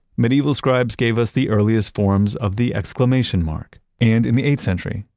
medieval scribes gave us the earliest forms of the exclamation mark. and in the eighth century,